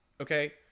okay